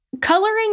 Coloring